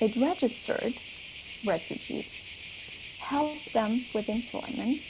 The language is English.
it registered refugees helped them with employment